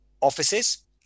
offices